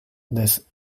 des